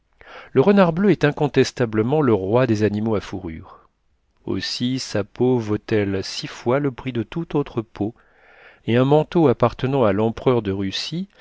le renard bleu est incontestablement le roi des animaux à fourrure aussi sa peau vaut-elle six fois le prix de toute autre peau et un manteau appartenant à l'empereur de russie